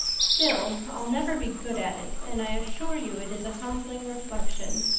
still, i'll never be good at it and i assure you it is a humbling reflection.